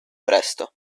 presto